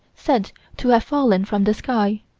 said to have fallen from the sky,